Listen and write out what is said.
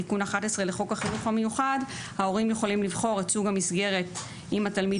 תיקון 11 לחוק החינוך המיוחד ההורים יכולים לבחור את סוג המסגרת אם התלמיד